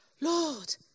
Lord